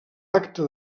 acta